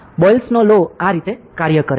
બોયલનો લો આ રીતે કાર્ય કરે છે